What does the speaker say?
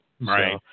right